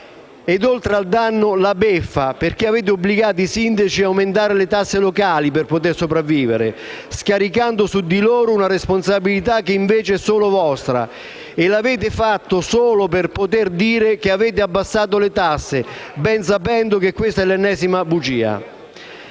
E oltre al danno la beffa, perché avete obbligato i sindaci ad aumentare le tasse locali per poter sopravvivere, scaricando su di loro una responsabilità che - invece - è solo vostra e l'avete fatto solo per poter dire che avete abbassato le tasse, ben sapendo che questa è l'ennesima bugia.